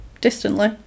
Distantly